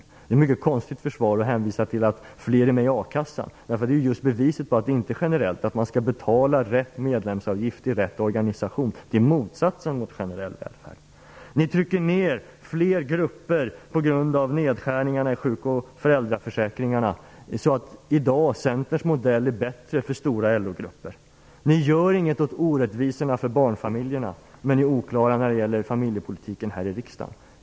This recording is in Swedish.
Det är ett mycket konstigt försvar att hänvisa till att fler är med i a-kassan. Att man skall betala rätt medlemsavgift i rätt organisation är beviset på att systemet inte är generellt. Det är motsatsen till generell välfärd. Ni trycker ned fler grupper på grund av nedskärningarna i sjuk och föräldraförsäkringarna. I dag är Centerns modell bättre för stora LO-grupper. Ni gör ingenting åt orättvisorna för barnfamiljerna, men ni är oklara när det gäller familjepolitiken här i riksdagen.